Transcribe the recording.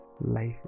life